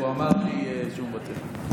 והוא אמר לי שהוא מוותר.